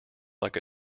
like